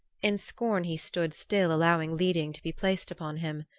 in scorn he stood still allowing laeding to be placed upon him.